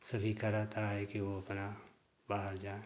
सभी का रहता है कि वो अपना बाहर जाएँ